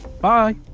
Bye